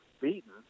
beaten